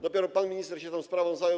Dopiero pan minister się tą sprawą zajął.